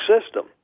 system